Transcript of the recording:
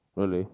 really